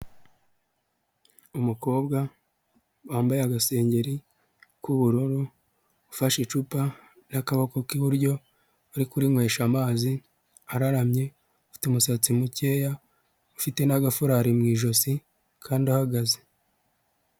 Umukobwa wambaye agasengeri k'ubururu ufashe icupa n'akaboko k'iburyo, uri kurinywesha amazi araramye afite umusatsi mukeya, ufite n'agafarari mu ijosi kandi ahagaze.